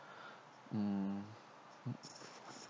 mm